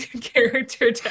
character